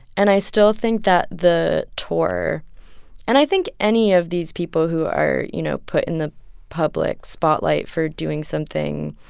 and i still think that the tour and i think any of these people who are, you know, put in the public spotlight for doing something,